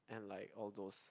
and like all those